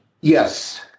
Yes